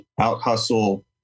out-hustle